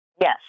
Yes